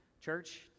Church